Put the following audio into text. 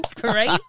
Great